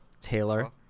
Taylor